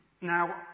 Now